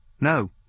No